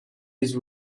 his